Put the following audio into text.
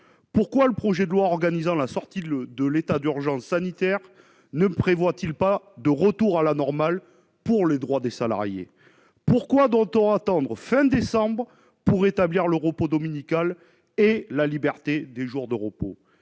Pourquoi le projet de loi organisant la sortie de l'état d'urgence sanitaire ne prévoit-il pas aussi un retour à la normale pour les droits des salariés ? Pourquoi faudra-t-il attendre la fin décembre pour que soient rétablis le repos dominical et la liberté des jours de repos ?